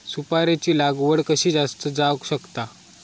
सुपारीची लागवड कशी जास्त जावक शकता?